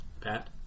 Pat